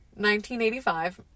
1985